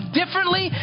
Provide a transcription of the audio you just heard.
differently